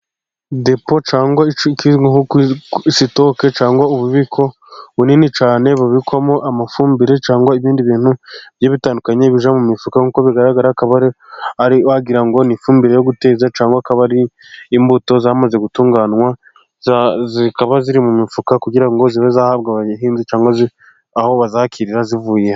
Depo cyangwa sitoke cyangwa ububiko bunini cyane, bubikwamo amafumbire cyangwa ibindi bintu bigiye bitandukanye, bijya mu mifuka. Nkuko bigaragara ukaba agira ngo ni ifumbire yo guteza, cyangwa akaba ari imbuto zamaze gutunganywa zikaba ziri mu mifuka, kugira ngo zibe zahabwa abahinzi, cyangwa aho bazakirira zivuye.